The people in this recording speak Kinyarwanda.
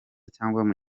cyangwa